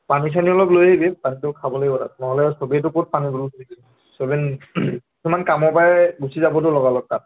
পানী চানী অলপ লৈ আহিবি পানীটো খাব লাগিব তাত নহ'লে সবেইটো ক'ত পানী বটল চবে কিছুমান কামৰ পৰাই গুচি যাবতো লগা লগ তাত